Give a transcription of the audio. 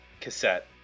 cassette